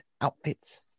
outfits